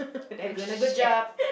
you doing a good job